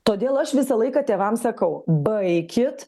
todėl aš visą laiką tėvams sakau baikit